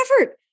effort